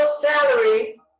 salary